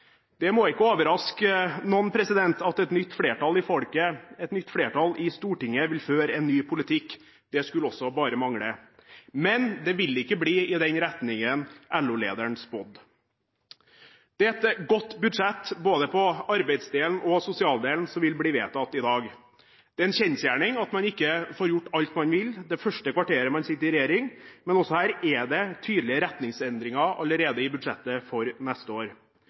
det ville bli ny politikk. Det må ikke overraske noen at et nytt flertall i Stortinget vil føre en ny politikk. Det skulle også bare mangle. Men det vil ikke bli i den retningen LO-lederen spådde. Det er et godt budsjett både på arbeidsdelen og sosialdelen som vil bli vedtatt i dag. Det er en kjensgjerning at man ikke får gjort alt man vil det første kvarteret man sitter i regjering, men det er tydelige retningsendringer allerede i budsjettet for neste år.